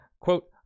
Quote